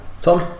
Tom